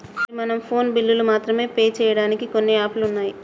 మరి మనం ఫోన్ బిల్లులు మాత్రమే పే చేయడానికి కొన్ని యాప్లు ఉన్నాయి